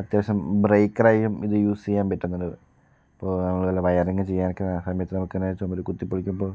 അത്യാവശ്യം ബ്രെയ്ക്കറായും ഇത് യുസ് ചെയ്യാൻ പറ്റുന്നുണ്ട് ഇപ്പോൾ നമ്മള് വല്ല വയറിങും ചെയ്യാനൊക്കെ സമയത്ത് നമുക്കിങ്ങനെ ചുമര് കുത്തിപ്പൊളിക്കുമ്പോൾ